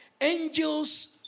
angels